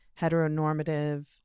heteronormative